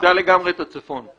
איבדה לגמרי את הצפון.